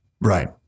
Right